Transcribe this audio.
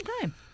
time